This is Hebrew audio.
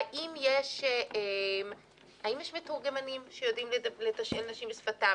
האם יש מתורגמנים שיודעים לתשאל נשים בשפתן?